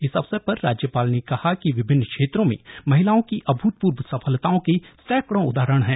इस अवसर पर राज्यपाल ने कहा कि विभिन्न क्षेत्रों में महिलाओं की अभुतपूर्व सफलताओं के सैकड़ों उदाहरण हैं